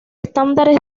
estándares